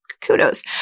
Kudos